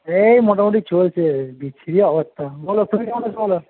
এই মোটামুটি চলছে বিচ্ছিরি অবস্থা বলো তুমি কেমন আছো বলো